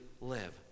live